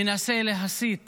מנסה להסית